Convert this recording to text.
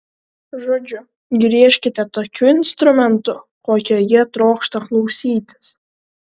žodžiu griežkite tokiu instrumentu kokio jie trokšta klausytis